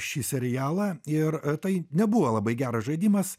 šį serialą ir tai nebuvo labai geras žaidimas